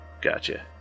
Gotcha